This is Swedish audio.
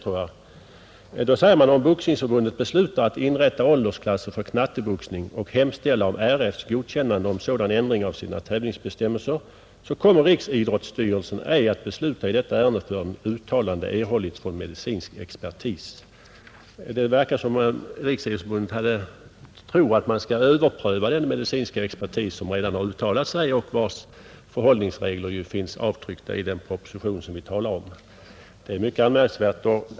Riksidrottsförbundet säger: ”Om Boxningsförbundet beslutar att inrätta åldersklasser för ”knatteboxning” och hemställa om RF: godkännande om sådan ändring av sina tävlingsbestämmelser så kommer riksidrottsstyrelsen ej att besluta i detta ärende förrän uttalande erhållits från medicinsk expertis.” Det verkar som om Riksidrottsförbundet tror att man skall överpröva den medicinska expertis som redan har uttalat sig och vars förhållningsregler ju finns avtryckta i den proposition som vi talar om. Det är mycket anmärkningsvärt.